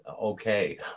Okay